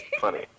funny